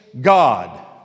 God